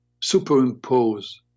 superimpose